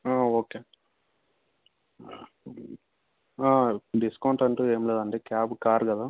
okay discount అంటూ ఏం లేదండి క్యాబ్ కారు కదా